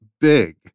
big